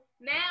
now